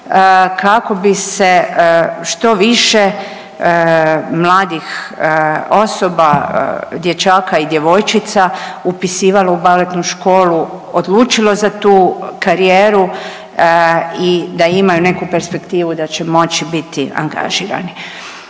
kako bi se što više mladih osoba dječaka i djevojčica upisivalo u baletnu školu, odlučilo za tu karijeru i da imaju neku perspektivu da će moći biti angažirani.